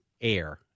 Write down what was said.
air